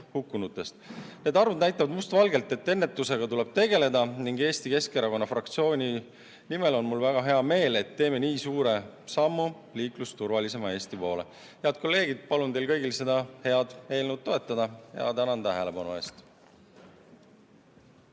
Need arvud näitavad must valgel, et ennetusega tuleb tegeleda, ning Eesti Keskerakonna fraktsiooni esindajana on mul väga hea meel, et teeme nii suure sammu liiklusturvalisema Eesti poole. Head kolleegid, palun teil kõigil seda head eelnõu toetada. Tänan tähelepanu eest!